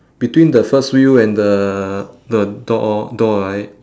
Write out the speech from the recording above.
between the first wheel and the the door door right